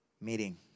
meeting